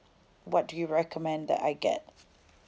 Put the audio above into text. what do you recommend that I get